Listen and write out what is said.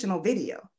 video